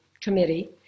committee